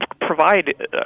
provide